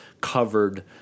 covered